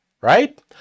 right